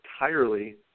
entirely